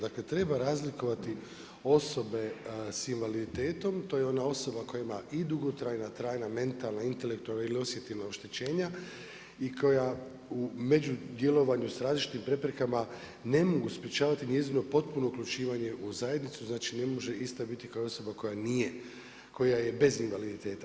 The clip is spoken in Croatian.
Dakle treba razlikovati osobe sa invaliditetom, to je ona osoba koja ima i dugotrajna, trajna, mentalna, intelektualna ili osjetilna oštećenja i koja u međudjelovanju sa različitim preprekama, ne mogu sprečavati njezino potpuno uključivanje u zajednicu, znači ne može ista biti kao osoba koja je bez invaliditeta.